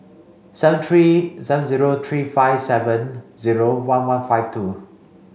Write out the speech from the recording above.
seven three seven zero three five seven zero one one five two